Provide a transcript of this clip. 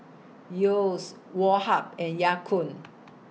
Yeo's Woh Hup and Ya Kun